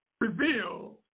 revealed